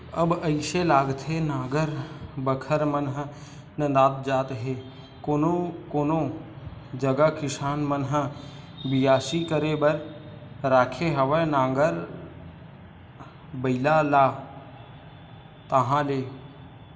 अब अइसे लागथे नांगर बखर मन ह नंदात जात हे कोनो कोनो जगा किसान मन ह बियासी करे बर राखे हवय नांगर बइला ला ताहले